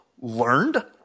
learned